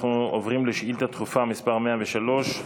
אנחנו עוברים לשאילתה דחופה מס' 103,